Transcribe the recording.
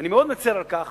ואני מאוד מצר על כך